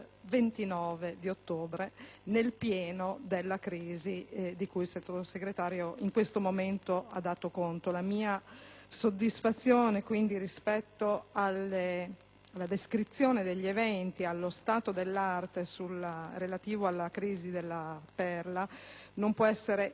29 ottobre, nel pieno della crisi di cui il Sottosegretario in questo momento ha dato conto. La mia soddisfazione rispetto alla descrizione degli eventi e allo stato dell'arte della crisi de "La Perla" non può essere